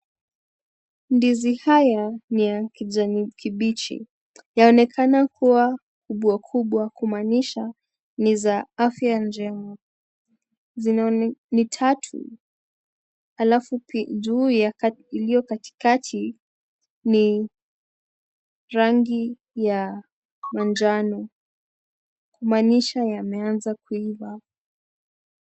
Ndizi hizi ni ya kijani kibichi. Yaonekana kuwa kubwa kubwa kumaanisha ni za afya njema. Ni tatu alafu juu iliyo katikati ni ya rangi ya manjano kumaanisha yameanza kuiva.